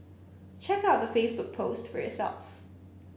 check out the Facebook post for yourself